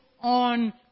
on